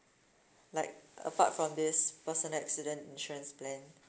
like apart from this personal accident insurance plan